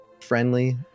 friendly